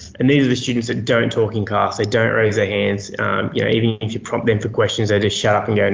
and these are the students that don't talk in class, they don't raise their hands, yeah even if you prompt them for questions, they just shut up and yeah and